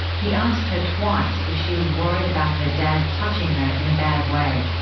he asked her twice if she was worried about her dad touching her in a bad way.